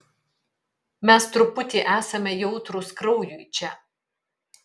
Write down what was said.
mes truputį esame jautrūs kraujui čia